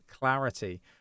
clarity